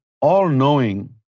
all-knowing